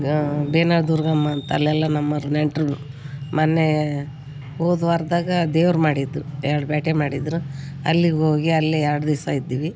ಬೇನ ದುರ್ಗಮ್ಮ ಅಂತ ಅಲ್ಲೆಲ್ಲ ನಮ್ಮೊರು ನೆಂಟ್ರುಗಳ್ ಮೊನ್ನೇ ಹೋದ್ ವಾರದಾಗ ದೇವ್ರು ಮಾಡಿದ್ರು ಎರಡು ಬೇಟೆ ಮಾಡಿದ್ರು ಅಲ್ಲಿಗೆ ಹೋಗಿ ಅಲ್ಲೆ ಎರಡು ದಿಸ ಇದ್ವಿ